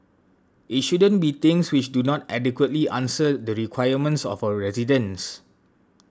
it shouldn't be things which do not adequately answer the requirements of our residents